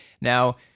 Now